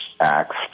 acts